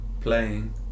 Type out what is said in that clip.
playing